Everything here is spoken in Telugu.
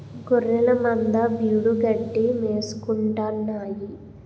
గొఱ్ఱెలమంద బీడుగడ్డి మేసుకుంటాన్నాయి